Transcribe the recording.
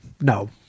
No